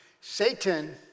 Satan